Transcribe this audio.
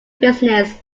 business